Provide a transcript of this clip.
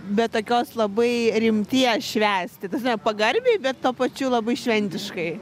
be tokios labai rimties švęsti ta sme pagarbiai bet tuo pačiu labai šventiškai